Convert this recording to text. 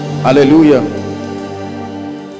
hallelujah